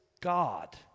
God